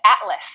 atlas